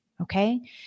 Okay